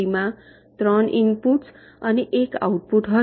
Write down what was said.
માં 3 ઇનપુટ્સ અને એક આઉટપુટ હશે